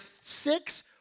six